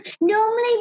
normally